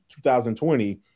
2020